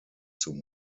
zum